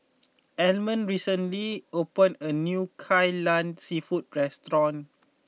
Almond recently opened a new Kai Lan seafood restaurant